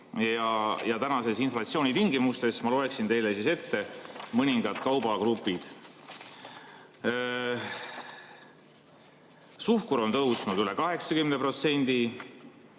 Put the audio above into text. ja praeguse inflatsiooni tingimustes ma loeksin teile ette mõningad kaubagrupid. Suhkru hind on tõusnud üle 80%,